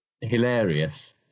hilarious